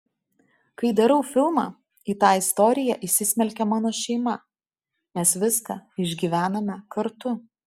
kai darau filmą į tą istoriją įsismelkia mano šeima mes viską išgyvename kartu